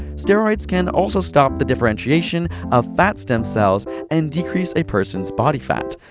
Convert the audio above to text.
steroids can also stop the differentiation of fat stem cells and decrease a person's body fat.